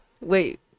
Wait